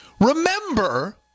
remember